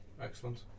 excellent